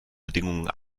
bedingungen